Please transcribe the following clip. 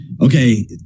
okay